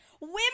women